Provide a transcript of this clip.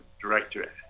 director